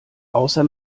außer